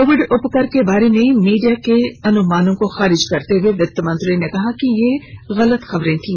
Covid उपकर के बारे में मीडिया के अनुमानों को खारिज करते हुए वित्तमंत्री ने कहा कि वे गलत खबरें थी